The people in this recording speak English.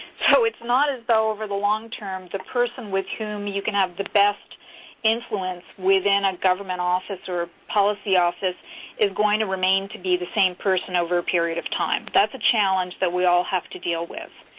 so it's not as though over the long term the person with whom you can have the best influence within a government office or policy office is going to remain to be the same person over a period of time. that's a challenge that we all have to deal with.